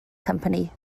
company